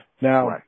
Now